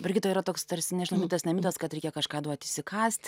brigita yra toks tarsi nežinau mitas ne mitas kad reikia kažką duot įsikąst